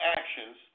actions